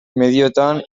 medioetan